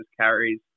carries